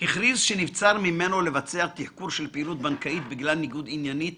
הכריז שנבצר ממנו לבצע תחקור של פעילות בנקאית בגלל ניגוד עניינים